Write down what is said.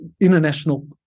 international